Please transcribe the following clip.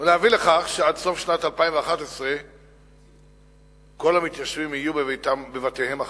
ולהביא לכך שעד סוף שנת 2011 כל המתיישבים יהיו בבתיהם החדשים.